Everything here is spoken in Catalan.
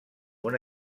una